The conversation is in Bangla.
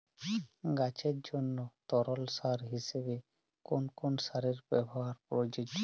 গাছের জন্য তরল সার হিসেবে কোন কোন সারের ব্যাবহার প্রযোজ্য?